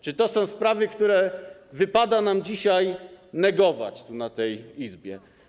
Czy to są sprawy, które wypada nam dzisiaj negować w tej Izbie?